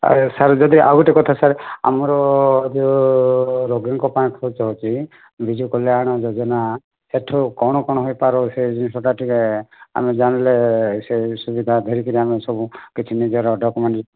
ଆଉ ସାର୍ ଯଦି ଆଉ ଗୋଟେ କଥା ସାର୍ ଆମର ଯେଉଁ ରୋଗୀଙ୍କ ପାଇଁ ଖର୍ଚ୍ଚ ହେଉଛି ବିଜୁ କଲ୍ୟାଣ ଯୋଜନା ସେଇଥିରୁ କ'ଣ କ'ଣ ହୋଇପାରିବ ସେହି ଜିନିଷଟା ଟିକିଏ ଆମେ ଜାଣିଲେ ସେହି ସୁବିଧା ଧରିକରି ସବୁ କିଛି ନିଜର ଡକ୍ୟୁମେଣ୍ଟ୍